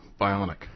Bionic